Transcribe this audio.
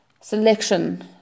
selection